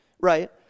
right